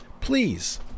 Please